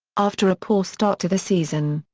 after a poor start to the season,